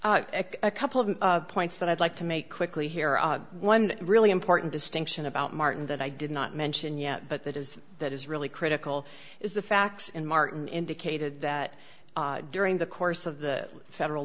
s a couple of points that i'd like to make quickly here one really important distinction about martin that i did not mention yet but that is that is really critical is the facts and martin indicated that during the course of the federal